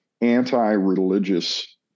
anti-religious